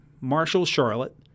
Marshall-Charlotte